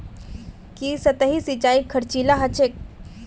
की सतही सिंचाई खर्चीला ह छेक